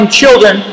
children